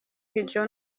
kidjo